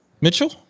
Mitchell